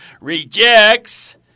rejects